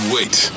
wait